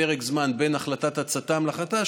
פרק זמן בין החלטת הצט"מ להחלטה,